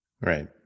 right